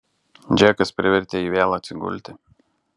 džekas privertė jį vėl atsigulti